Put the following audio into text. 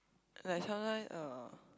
like sometime uh